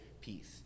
peace